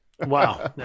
Wow